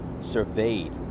surveyed